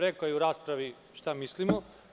Rekao sam u raspravi šta mislimo.